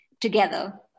together